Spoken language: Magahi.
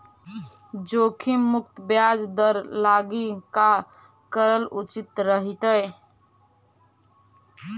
जोखिम मुक्त ब्याज दर लागी का करल उचित रहतई?